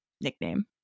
nickname